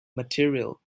material